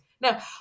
now